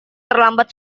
terlambat